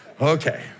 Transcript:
Okay